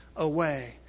Away